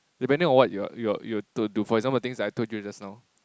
depending on what you you you are to do for example the things that I told you just now